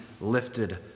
lifted